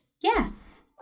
Yes